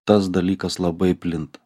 tas dalykas labai plinta